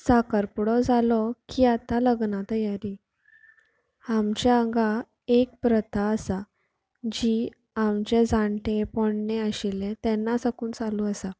साखर पुडो जालो की आतां लग्ना तयारी आमच्या हांगा एक प्रथा आसा जी आमच्या जाण्टे पोन्नें आशिल्ले तेन्ना साकून चालू आसा